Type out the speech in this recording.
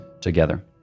together